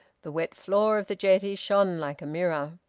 the wet floor of the jetty shone like a mirror.